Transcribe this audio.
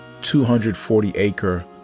240-acre